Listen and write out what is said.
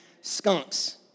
skunks